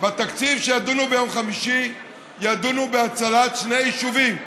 בתקציב שידונו בו ביום חמישי ידונו בהצלת שני יישובים,